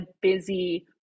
busy